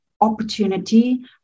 opportunity